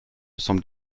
semble